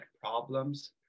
problems